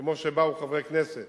כמו שבאו חברי כנסת